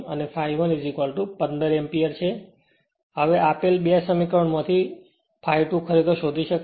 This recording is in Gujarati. આપેલ આ 2 સમીકરણો માંથી આ 2 સમીકરણો માંથી ∅2 ખરેખર શોધી શકાય છે